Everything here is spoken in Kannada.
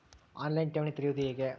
ಆನ್ ಲೈನ್ ಠೇವಣಿ ತೆರೆಯುವುದು ಹೇಗೆ?